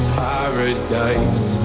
paradise